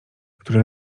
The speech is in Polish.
który